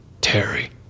Terry